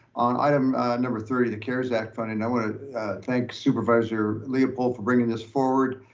on item number thirty of the cares act funding. i want to thank supervisor leopold for bringing this forward.